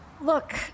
Look